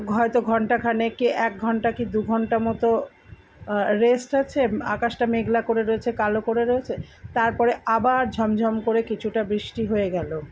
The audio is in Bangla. হয়তো ঘন্টাখানেক কি একঘন্টা কি দুঘন্টা মতো রেস্ট আছে আকাশটা মেঘলা করে রয়েছে কালো করে রয়েছে তারপরে আবার ঝমঝম করে কিছুটা বৃষ্টি হয়ে গেল